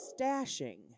stashing